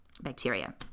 bacteria